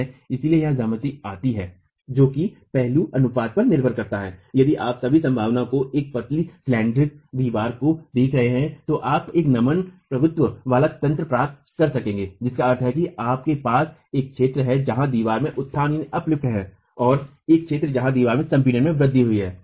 इसलिए यहां ज्यामिति आती है जो कि पहलू अनुपात पर निर्भर करता है यदि आप सभी संभावना में एक पतली दीवार को देख रहे हैं तो आप एक नमन प्रभुत्व वाला तंत्र प्राप्त कर सकते हैं जिसका अर्थ है कि आपके पास एक क्षेत्र है जहां दीवार में उत्थान है और एक क्षेत्र जहां दीवार में संपीड़न में वृद्धि हुई है